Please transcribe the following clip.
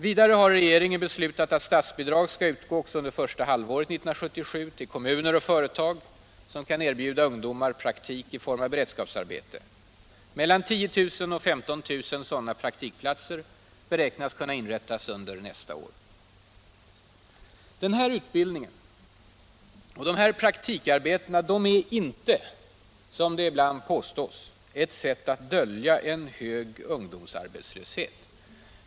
Vidare har regeringen beslutat att statsbidrag skall utgå också under första halvåret 1977 till kommuner och företag, som kan erbjuda ungdomar praktik i form av beredskapsarbete. Mellan 10 000 och 15 000 sådana praktikplatser beräknas kunna inrättas under nästa år. Den här utbildningen och de här praktikarbetena är inte, som det ibland påstås, ett sätt att dölja en hög ungdomsarbetslöshet.